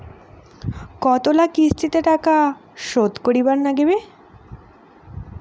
কতোলা কিস্তিতে টাকা শোধ করিবার নাগীবে?